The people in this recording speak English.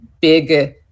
big